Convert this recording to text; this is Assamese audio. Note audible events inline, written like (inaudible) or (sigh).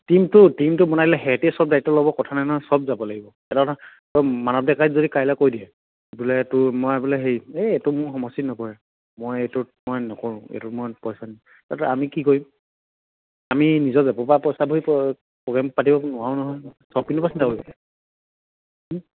টীমটো টীমটো বনালে সিহঁতে চব দায়িত্ব ল'ব কথা নাই নহয় চব যাব লাগিব এটা কথা মানৱ ডেকাই যে যদি কাইলে কৈ দিয়ে বোলে তোৰ মই বোলে হেৰি এই এইটো মোৰ সমষ্টিত নপৰে মই এইটোত মই নকৰোঁ এইটোত মই পইচা (unintelligible) আমি কি কৰিম আমি নিজৰ জেপৰ পা পইচা ধৰি প্ৰ'গ্ৰেম পাতিব নোৱাৰোঁ নহয় চব পিনৰ পৰা চিন্তা কৰিব লাগিব